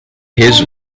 his